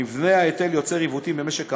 מבנה ההיטל יוצר עיוותים במשק המים.